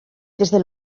desde